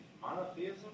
monotheism